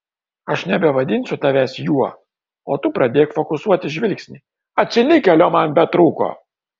aš nebevadinsiu tavęs juo o tu pradėk fokusuoti žvilgsnį atsilikėlio man betrūko